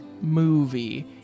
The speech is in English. movie